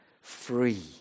Free